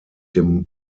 dem